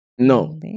No